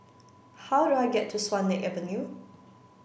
how do I get to Swan Lake Avenue